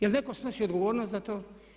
Je li netko snosio odgovornost za to?